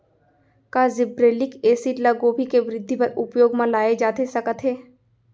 का gibberellic acid ल गोभी के वृद्धि बर उपयोग म लाये जाथे सकत हे?